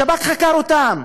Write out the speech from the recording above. השב"כ חקר אותם.